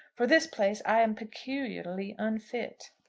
for this place i am peculiarly unfit.